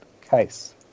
case